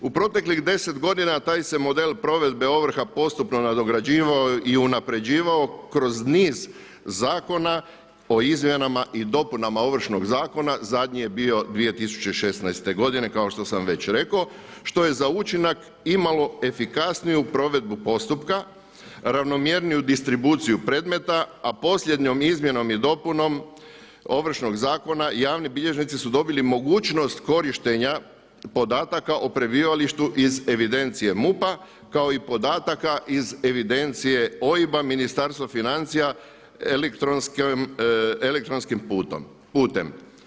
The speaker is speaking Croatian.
U proteklih 10 godina taj se model provedbe ovrha postupno nadograđivao i unapređivao kroz niz zakona o izmjenama i dopunama Ovršnog zakona, zadnji je bio 2016. godine kao što sam već rekao što je za učinak imalo efikasniju provedbu postupka, ravnomjerniju distribuciju predmeta a posljednjom izmjenom i dopunom Ovršnog zakona javni bilježnici su dobili mogućnost korištenja podataka o prebivalištu iz evidencije MUP-a kao i podataka iz evidencije OIB-a, Ministarstva financija elektronskim putem.